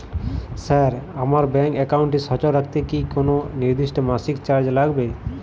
Sir আমার bank একাউন্টটি সচল রাখতে কি কোনো নির্দিষ্ট মাসিক চার্জ লাগবে?